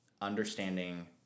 understanding